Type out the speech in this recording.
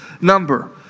number